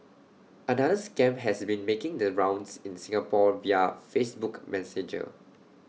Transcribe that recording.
another scam has been making the rounds in Singapore via Facebook Messenger